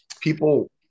people